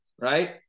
right